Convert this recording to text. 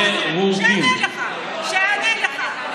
אם קיים דבר כזה.